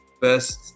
best